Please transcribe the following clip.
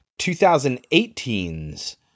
2018's